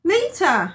Later